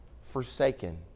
forsaken